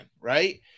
right